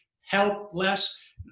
helpless